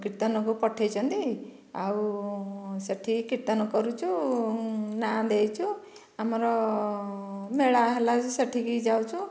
କୀର୍ତ୍ତନକୁ ପଠାଇଛନ୍ତି ଆଉ ସେ'ଠି କୀର୍ତ୍ତନ କରୁଛୁ ନାଁ ଦେଇଛୁ ଆମର ମେଳା ହେଲା ସେ'ଠିକୁ ବି ଯାଉଛୁ